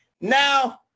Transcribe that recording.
Now